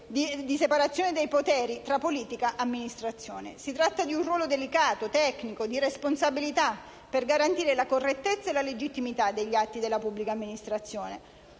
di separazione dei poteri tra politica e amministrazione. Si tratta di un ruolo delicato, tecnico e di responsabilità per garantire la correttezza e la legittimità degli atti della pubblica amministrazione.